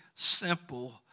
simple